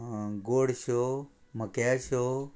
गोडश्यो म्हक्या शो